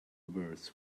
worse